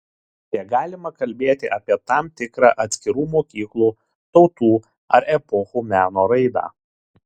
tegalima kalbėti apie tam tikrą atskirų mokyklų tautų ar epochų meno raidą